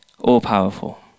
all-powerful